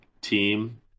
team